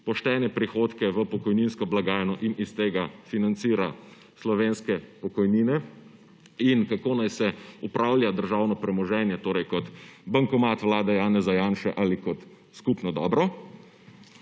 poštene prihodke v pokojninsko blagajno in iz tega financira slovenske pokojnine in kako naj se upravlja državno premoženje, torej kot bankomat vlade Janeza Janše ali kot skupno dobro,